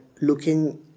looking